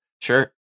Sure